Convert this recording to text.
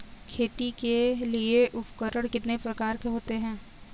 खेती के लिए उपकरण कितने प्रकार के होते हैं?